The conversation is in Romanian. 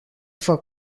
fac